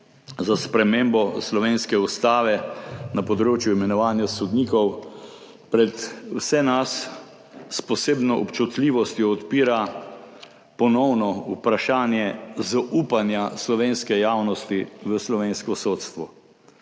za spremembo slovenske ustave na področju imenovanja sodnikov pred vsemi nami s posebno občutljivostjo odpira ponovno vprašanje zaupanja slovenske javnosti v slovensko sodstvo.